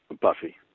Buffy